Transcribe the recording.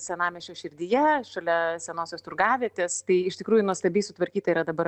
senamiesčio širdyje šalia senosios turgavietės tai iš tikrųjų nuostabiai sutvarkyta yra dabar